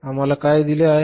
आम्हाला काय दिले आहे